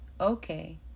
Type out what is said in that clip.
Okay